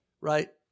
right